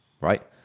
right